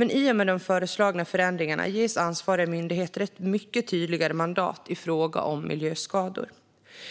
Men i och med de föreslagna förändringarna ges ansvariga myndigheter ett mycket tydligare mandat i fråga om miljöskador.